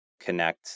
connect